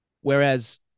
Whereas